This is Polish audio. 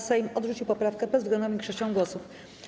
Sejm odrzucił poprawkę bezwzględną większością głosów.